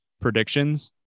predictions